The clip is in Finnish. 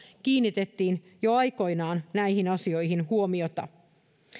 kiinnitettiin jo aikoinaan näihin asioihin huomiota